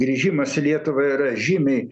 grįžimas į lietuvą yra žymiai